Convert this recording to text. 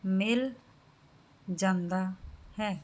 ਮਿਲ ਜਾਂਦਾ ਹੈ